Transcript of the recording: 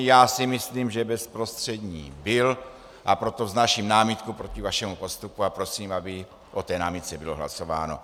Já si myslím, že bezprostřední byl, a proto vznáším námitku proti vašemu postupu a prosím, aby o té námitce bylo hlasováno.